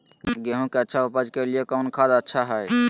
गेंहू के अच्छा ऊपज के लिए कौन खाद अच्छा हाय?